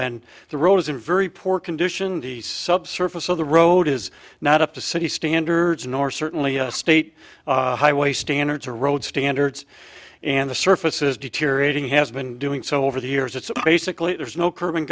and the road is in very poor condition the subsurface of the road is not up to city standards nor certainly state highway standards or road standards and the surface is deteriorating has been doing so over the years it's basically there's no